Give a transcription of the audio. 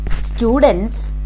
students